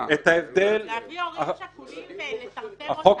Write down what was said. את ההבדל ---- להביא הורים שכולים לטרטר אותם.